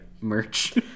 merch